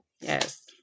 yes